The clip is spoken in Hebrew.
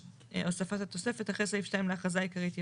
הוספת תוספת רביעיתאחרי סעיף 2 לאכרזה העיקרית,